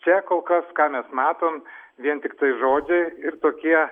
čia kol kas ką mes matom vien tiktai žodžiai ir tokie